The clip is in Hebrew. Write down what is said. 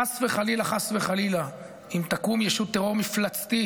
חס וחלילה, חס וחלילה, אם תקום ישות טרור מפלצתית